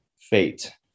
fate